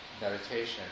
meditation